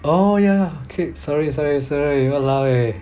oh ya okay sorry sorry sorry !walao! eh